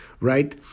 Right